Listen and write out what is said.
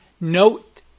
note